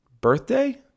birthday